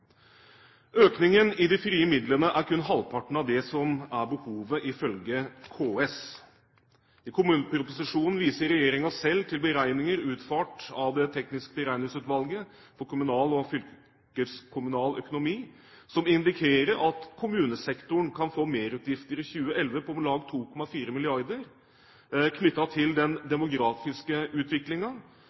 Økningen i de frie midlene er kun halvparten av det som er behovet ifølge KS. I kommuneproposisjonen viser regjeringen selv til beregninger utført av Det tekniske beregningsutvalget for kommunal og fylkekommunal økonomi som indikerer at kommunesektoren i 2011 kan få merutgifter på om lag 2,4 mrd. kr knyttet til den demografiske